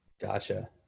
Gotcha